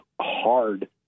hard